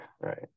right